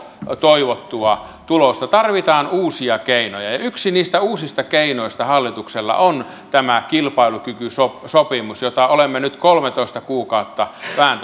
toivottua tulosta tarvitaan uusia keinoja yksi niistä uusista keinoista hallituksella on tämä kilpailukykysopimus jota olemme nyt kolmetoista kuukautta vääntäneet